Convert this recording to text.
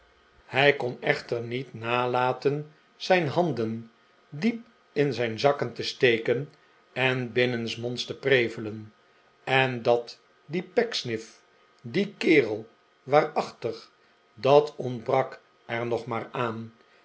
hij kon echter niet nalaten zijn handen diep in zijn zakken te steken en binnensmonds te prevelen en dat die pecksniff die kerel waarachtig dat ontbrak er nog maar aan